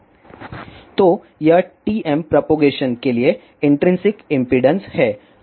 तो यह TM propagation के लिए इन्ट्रिंसिक इम्पीडेन्स है